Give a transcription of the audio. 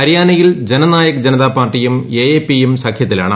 ഹരിയാനയിൽ ജന നായക് ജനതാപാർട്ടിയും A A പിയും സഖ്യത്തിലാണ്